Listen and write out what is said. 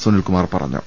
സുനിൽക്കുമാർ പറഞ്ഞു